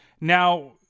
Now